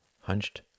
hunched